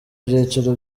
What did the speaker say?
byiciro